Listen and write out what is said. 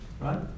Right